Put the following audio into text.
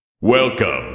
Welcome